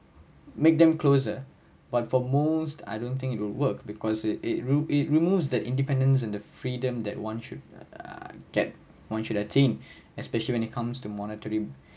make them closer but for most I don't think it will work because it it removes it removes that independence and the freedom that one should get one should attain especially when it comes to monetary